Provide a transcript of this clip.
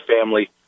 family